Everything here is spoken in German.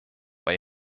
bei